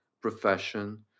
profession